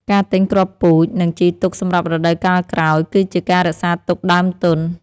ការទិញគ្រាប់ពូជ និងជីទុកសម្រាប់រដូវកាលក្រោយ គឺជាការរក្សាទុកដើមទុន។